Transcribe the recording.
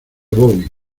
bobby